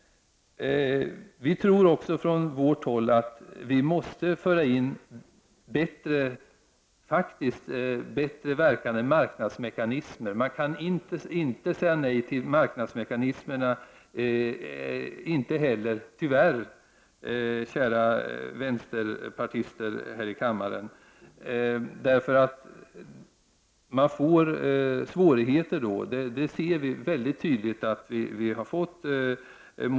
Vi tror också från vårt håll att det måste föras in bättre verkande marknadsmekanismer. Man kan inte säga nej till marknadsmekanismerna — tyvärr, kära vänsterpartister här i kammaren! — därför att man då får svårigheter. Det ser vi väldigt tydligt att vi har fått.